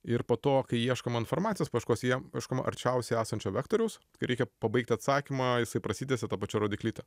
ir po to kai ieškoma informacijos paieškos ieškoma arčiausiai esančio vektoriaus reikia pabaigti atsakymą jisai prasitęsia ta pačia rodyklyte